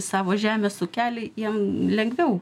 savo žemės ūkelį jiem lengviau